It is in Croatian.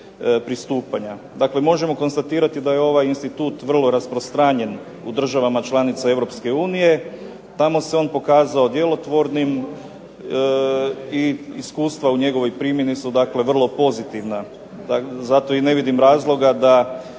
pristupanja. Dakle, možemo konstatirati da je ovaj institut vrlo rasprostranjen u državama članicama Europske unije. Tamo se on pokazao djelotvornim i iskustva u njegovoj primjeni su vrlo pozitivna. Zato i ne vidim razloga da